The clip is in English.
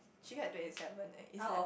she get twenty seven leh it's like